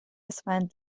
اسفند